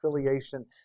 affiliation